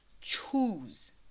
choose